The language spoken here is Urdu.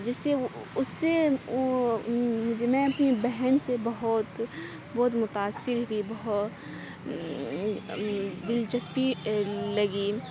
جس سے اُس سے مجھ میں اپنی بہن سے بہت بہت متاثر ہوئی دلچسپی لگی